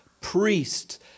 priests